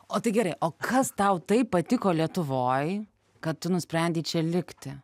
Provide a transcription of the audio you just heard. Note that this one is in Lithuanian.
o tai gerai o kas tau taip patiko lietuvoj kad tu nusprendei čia likti